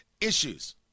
issues